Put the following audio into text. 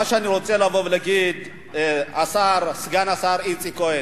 מה שאני רוצה לבוא ולהגיד סגן השר איציק כהן,